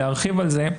להרחיב על זה.